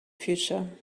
future